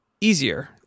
easier